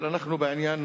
אבל אנחנו בעניין